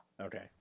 okay